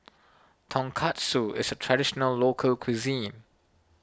Tonkatsu is a Traditional Local Cuisine